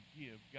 give